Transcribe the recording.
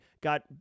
got